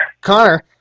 Connor